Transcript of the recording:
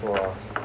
!wah!